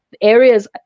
areas